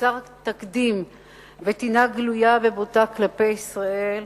חסר תקדים וטינה גלויה ובוטה כלפי ישראל,